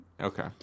Okay